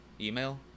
email